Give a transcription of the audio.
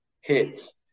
hits